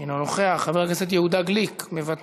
אינו נוכח, חבר הכנסת אמיר אוחנה, אינו נוכח,